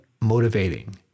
motivating